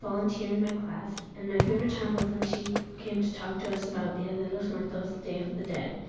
volunteer in my class, and my favorite time was when she came to talk to us about dia de los muertos, the day of the dead.